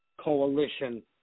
Coalition